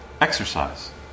exercise